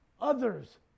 others